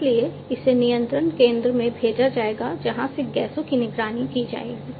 इसलिए इसे नियंत्रण केंद्र में भेजा जाएगा जहां से गैसों की निगरानी की जाएगी